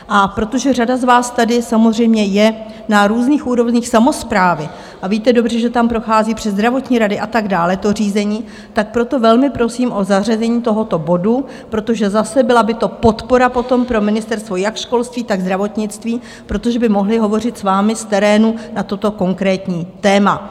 A protože řada z vás tady samozřejmě je na různých úrovních samosprávy a víte dobře, že tam prochází přes zdravotní rady a tak dále to řízení, tak proto velmi prosím o zařazení tohoto bodu, protože zase by to byla podpora potom pro ministerstva jak školství, tak zdravotnictví, protože by mohla potom hovořit s vámi z terénu na toto konkrétní téma.